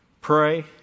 Pray